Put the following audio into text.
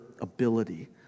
ability